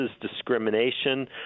discrimination